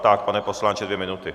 Tak, pane poslanče, dvě minuty.